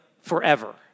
forever